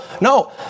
No